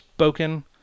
Spoken